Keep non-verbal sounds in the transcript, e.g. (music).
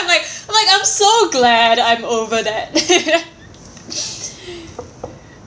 I'm like I'm like I'm so glad I'm over that (laughs)